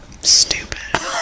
stupid